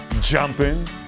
jumping